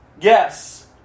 Yes